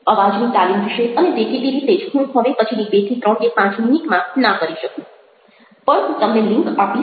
અવાજની તાલીમ વિશે અને દેખીતી રીતે જ હું હવે પછીની બે થી ત્રણ કે પાંચ મિનિટમાં ના કરી શકું પણ હું તમને લિન્ક આપીશ